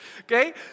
Okay